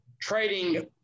trading